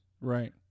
right